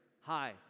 hi